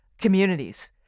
communities